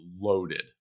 loaded